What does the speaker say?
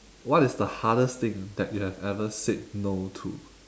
what is the hardest thing that you have ever said no to